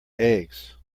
eggs